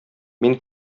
мин